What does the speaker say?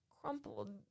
crumpled